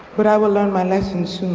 but i will learn my lesson soon.